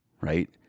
right